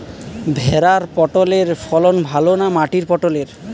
ভেরার পটলের ফলন ভালো না মাটির পটলের?